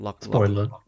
Spoiler